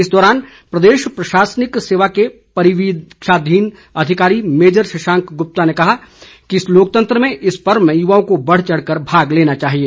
इस दौरान प्रदेश प्रशासनिक सेवा के परीवीक्षाधीन अधिकारी मेजर शशांक गुप्ता ने कहा कि लोकतंत्र में इस पर्व में युवाओं को बढ़ चढ़ कर भाग लेना चाहिए